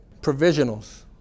Provisionals